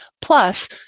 plus